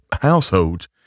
households